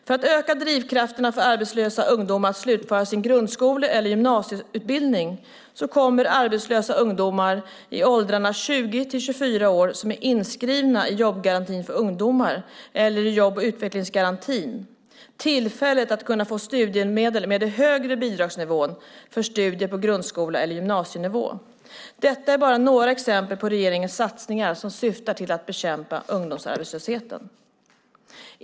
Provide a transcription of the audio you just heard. För att öka drivkrafterna för arbetslösa ungdomar att slutföra sin grundskole eller gymnasieutbildning kommer arbetslösa ungdomar i åldrarna 20-24 år, som är inskrivna i jobbgarantin för ungdomar eller i jobb och utvecklingsgarantin, tillfälligt att kunna få studiemedel med den högre bidragsnivån för studier på grundskole och gymnasienivå. Detta är bara några exempel på regeringens satsningar som syftar till att bekämpa ungdomsarbetslösheten.